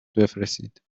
بفرستید